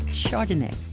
chardonnay,